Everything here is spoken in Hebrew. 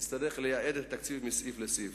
ולכן נצטרך לנייד תקציב מסעיף לסעיף.